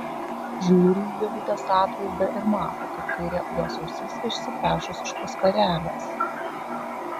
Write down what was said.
žiūri į ievutės atvaizdą ir mato kaip kairė jos ausis išsipešus iš po skarelės